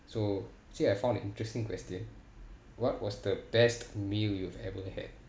so actually I found an interesting question what was the best meal you've ever had